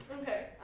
Okay